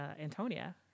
Antonia